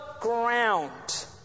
ground